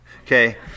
okay